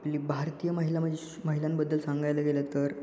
आपली भारतीय महिला म्हणजे महिलांबद्दल सांगायला गेलं तर